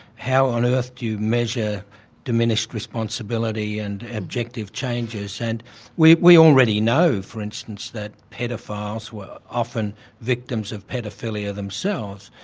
how on earth do you measure diminished responsibility and objective changes? and we we already know for instance that paedophiles were often victims of paedophilia themselves,